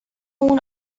اون